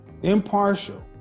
impartial